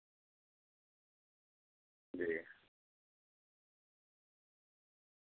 جی